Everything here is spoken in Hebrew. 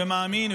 ומאמין,